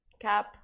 Cap